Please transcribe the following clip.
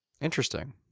Interesting